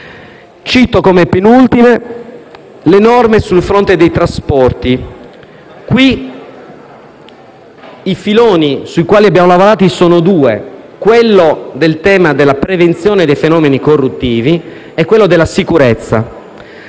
Cito come penultime le norme sul fronte dei trasporti. Qui i filoni sui quali abbiamo lavorato sono due: il tema della prevenzione dei fenomeni corruttivi e quello della sicurezza.